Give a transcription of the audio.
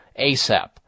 ASAP